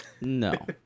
No